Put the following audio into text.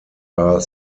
are